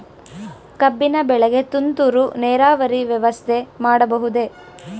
ಕಬ್ಬಿನ ಬೆಳೆಗೆ ತುಂತುರು ನೇರಾವರಿ ವ್ಯವಸ್ಥೆ ಮಾಡಬಹುದೇ?